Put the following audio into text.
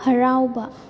ꯍꯔꯥꯎꯕ